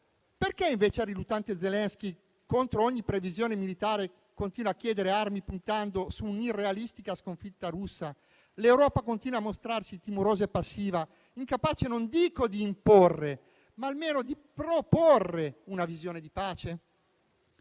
Perché invece al riluttante Zelensky che, contro ogni previsione militare, continua a chiedere armi puntando su un'irrealistica sconfitta russa, l'Europa continua a mostrarsi timorosa e passiva, incapace non dico di imporre, ma almeno di proporre una visione di pace?